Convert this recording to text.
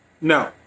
No